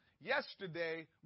Yesterday